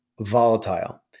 volatile